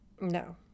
No